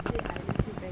say I used to bet